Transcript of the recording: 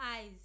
eyes